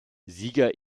sieger